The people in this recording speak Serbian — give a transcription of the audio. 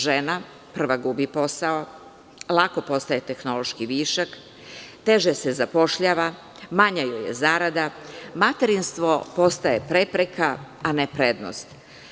Žena prva gubi posao, lako postaje tehnološki višak, teže se zapošljava, manja joj je zarada, materinstvo postaje prepreka, a ne prednost.